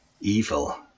evil